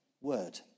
word